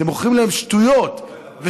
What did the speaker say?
אתם מוכרים להם שטויות ושקרים.